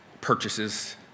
purchases